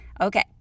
Okay